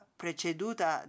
preceduta